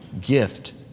gift